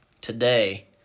today